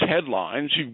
headlines